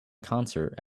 concert